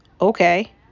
okay